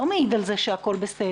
לא מעיד על זה שמשהו לא בסדר.